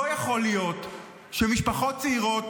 לא יכול להיות שמשפחות צעירות,